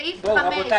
סעיף 5